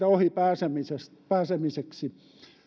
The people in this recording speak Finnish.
ohi pääsemiseksi pääsemiseksi